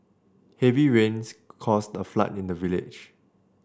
heavy rains caused a flood in the village